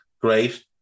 Great